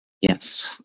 Yes